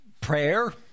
prayer